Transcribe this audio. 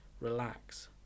relax